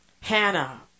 Hannah